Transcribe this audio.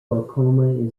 glaucoma